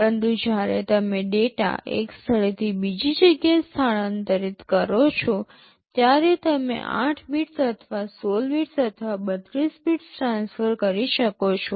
પરંતુ જ્યારે તમે ડેટા એક સ્થળેથી બીજી જગ્યાએ સ્થાનાંતરિત કરો છો ત્યારે તમે ૮ બિટ્સ અથવા ૧૬ બિટ્સ અથવા ૩૨ બિટ્સ ટ્રાન્સફર કરી શકો છો